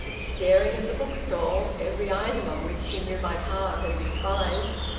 staring at the bookstall, every item on which he knew by heart and despised,